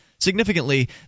Significantly